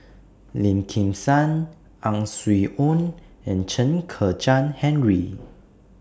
Lim Kim San Ang Swee Aun and Chen Kezhan Henri